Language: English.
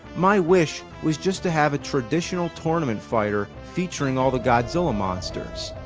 my wish, was just to have a traditional tournament fighter, featuring all the godzilla monsters.